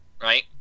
right